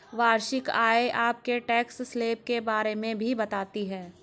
वार्षिक आय आपके टैक्स स्लैब के बारे में भी बताती है